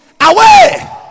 Away